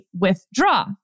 withdraw